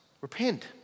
repent